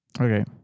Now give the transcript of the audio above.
Okay